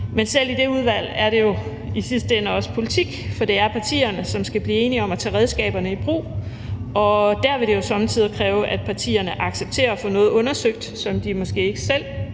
Men selv i det udvalg er det jo i sidste ende også politik. For det er partierne, som skal blive enige om at tage redskaberne i brug, og der vil det jo sommetider kræve, at partierne accepterer at få noget undersøgt, som de måske ikke selv